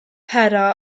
pero